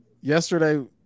yesterday